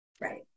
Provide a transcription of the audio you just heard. Right